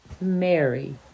Mary